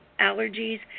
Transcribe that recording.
allergies